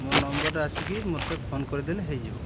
ମୋ ନମ୍ବର ଆସିକି ମୋତେ ଫୋନ୍ କରିଦେଲେ ହେଇଯିବ